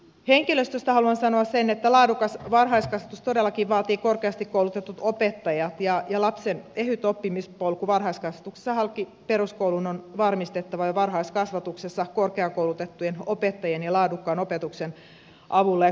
henkilöstöstä haluan sanoa sen että laadukas varhaiskasvatus todellakin vaatii korkeasti koulutetut opettajat ja lapsen ehyt oppimispolku varhaiskasvatuksesta halki peruskoulun on varmistettava jo varhaiskasvatuksessa korkeakoulutettujen opettajien ja laadukkaan opetuksen avulla